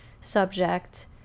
subject